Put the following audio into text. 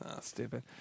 stupid